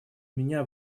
меня